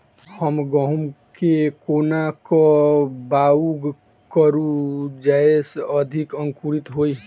हम गहूम केँ कोना कऽ बाउग करू जयस अधिक अंकुरित होइ?